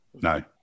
No